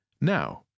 Now